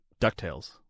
DuckTales